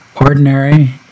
ordinary